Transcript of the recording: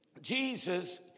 Jesus